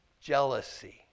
Jealousy